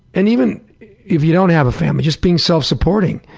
and even if you don't have a family, just being self-supporting.